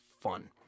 fun